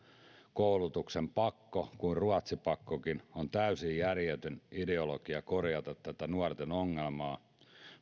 koulutuksen pakko niin kuin ruotsipakkokin mikä on täysin järjetön ideologia korjata tätä nuorten ongelmaa minä